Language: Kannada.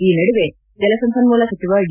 ಈ ನಡುವೆ ಜಲಸಂಪನ್ಮೂಲ ಸಚಿವ ಡಿ